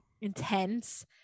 intense